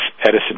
Edison